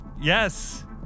Yes